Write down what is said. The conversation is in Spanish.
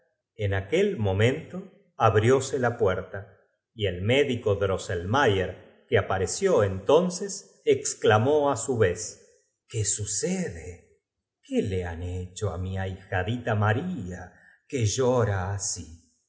en aquel momento abrióse la puerta y las risotadas fueron tan en aumento el médico drossclmayer que apareció entonces exclamó á su vez qué sucedef tqué le han hecho á mi abijadita llarla que llora aslf qué